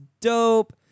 dope